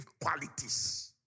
qualities